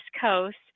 Coast